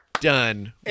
done